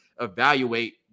evaluate